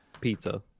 Pizza